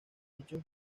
dichos